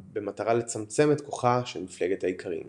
במטרה לצמצם את כוחה של מפלגת האיכרים.